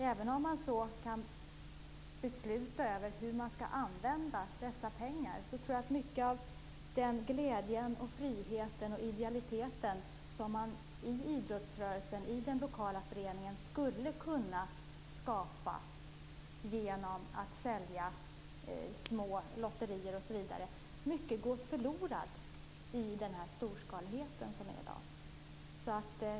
Även om man i den lokala föreningen kan besluta hur pengarna kan användas, tror jag att mycket av glädjen, friheten och idealiteten som skulle kunna skapas med hjälp av små lotterier osv. går förlorad i storskaligheten.